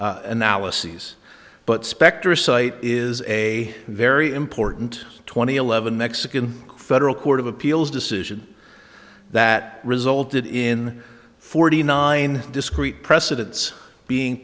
law analyses but spectra site is a very important twenty eleven mexican federal court of appeals decision that resulted in forty nine discrete precedents being